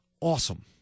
awesome